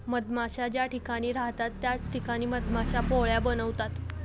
मधमाश्या ज्या ठिकाणी राहतात त्याच ठिकाणी मधमाश्या पोळ्या बनवतात